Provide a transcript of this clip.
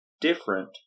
different